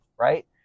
right